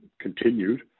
continued